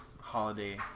holiday